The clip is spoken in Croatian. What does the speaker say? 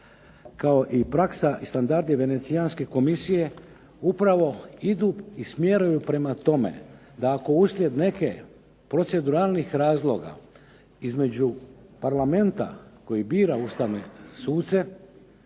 kao i praksa i standardi Venecijanske komisije upravo idu i smjeraju prema tome da ako uslijed nekih proceduralnih razloga između parlamenta koji bira Ustavne suce